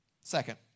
Second